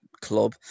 club